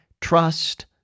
trust